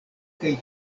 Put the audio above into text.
kaj